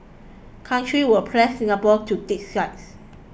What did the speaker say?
countries will press Singapore to take sides